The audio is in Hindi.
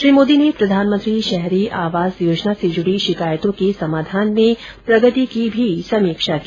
श्री मोदी ने प्रधानमंत्री शहरी आवास योजना से जुड़ी शिकायतों के समाधान में प्रगति की भी समीक्षा की